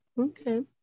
Okay